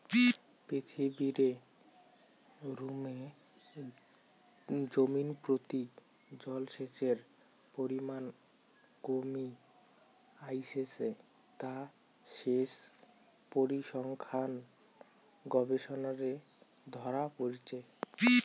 পৃথিবীরে ক্রমে জমিনপ্রতি জলসেচের পরিমান কমি আইসেঠে তা সেচ পরিসংখ্যান গবেষণারে ধরা পড়িচে